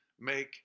Make